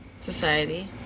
society